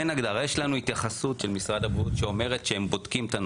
יש לנו התייחסות של משרד הבריאות שאומרת שהם בודקים את הנושא.